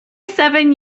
seven